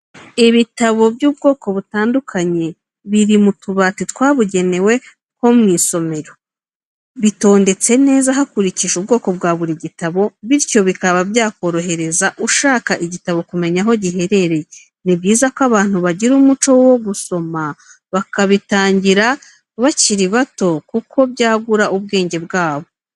Ibitabo by'ubwoko butandukanye biri mu tubati twabugenewe two mu isomero, bitondetse neza hakurikijwe ubwoko bwa buri gitabo bityo bikaba byakorohereza ushaka igitabo kumenya aho giherereye, ni byiza ko abantu bagira umuco wo gusoma bakabitangira bakiri bato kuko byagura ubwenge bwabo.